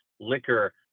liquor